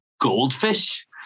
goldfish